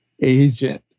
agent